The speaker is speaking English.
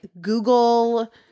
Google